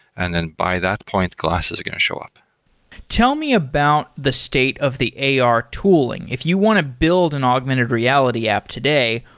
and and by that point, glasses are going to show up tell me about the state of the ar tooling. if you want to build an augmented reality app today,